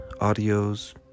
audios